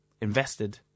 invested